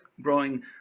growing